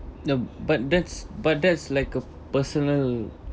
ya but that's but that's like a personal